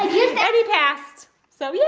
and he passed! so yeah